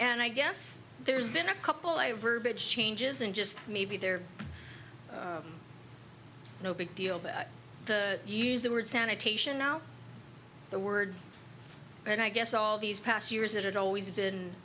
and i guess there's been a couple of are big changes and just maybe there no big deal that i use the word sanitation now the word but i guess all these past years it had always been